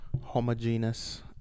homogeneous